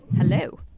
hello